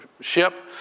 ship